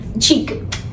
cheek